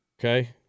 Okay